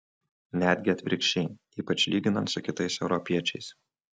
netgi atvirkščiai ypač lyginant su kitais europiečiais